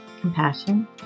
Compassion